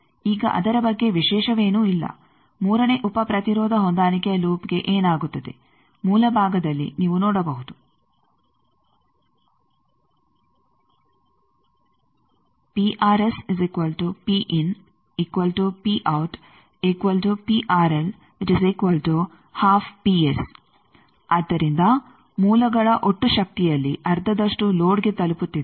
ಈಗ ಅದರ ಬಗ್ಗೆ ವಿಶೇಷವೇನೂ ಇಲ್ಲ ಮೂರನೇ ಉಪ ಪ್ರತಿರೋಧ ಹೊಂದಾಣಿಕೆಯ ಲೂಪ್ಗೆ ಏನಾಗುತ್ತದೆ ಮೂಲ ಭಾಗದಲ್ಲಿ ನೀವು ನೋಡಬಹುದು ಆದ್ದರಿಂದ ಮೂಲಗಳ ಒಟ್ಟು ಶಕ್ತಿಯಲ್ಲಿ ಅರ್ಧದಷ್ಟು ಲೋಡ್ಗೆ ತಲುಪುತ್ತಿದೆ